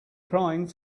crying